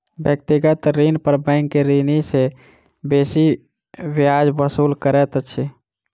व्यक्तिगत ऋण पर बैंक ऋणी सॅ बेसी ब्याज वसूल करैत अछि